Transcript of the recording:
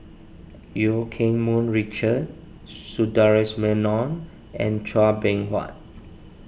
Eu Keng Mun Richard Sundaresh Menon and Chua Beng Huat